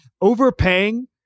Overpaying